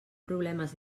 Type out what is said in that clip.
problemes